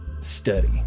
study